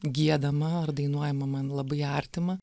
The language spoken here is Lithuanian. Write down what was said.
giedama ar dainuojama man labai artima